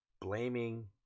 Blaming